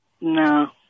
No